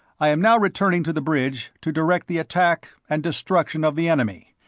i am now returning to the bridge to direct the attack and destruction of the enemy.